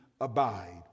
abide